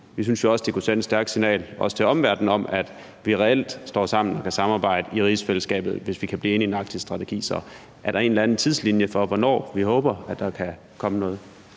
vi synes, at det kunne sende et stærkt signal, også til omverdenen, om, at vi reelt står sammen og kan samarbejde i rigsfællesskabet, hvis vi kunne blive enige om en arktisk strategi. Så er der en eller anden tidslinje for, hvornår vi håber at der kan komme noget?